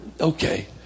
okay